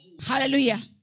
Hallelujah